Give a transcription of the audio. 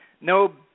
no